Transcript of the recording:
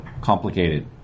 Complicated